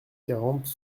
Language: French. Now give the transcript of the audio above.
quarante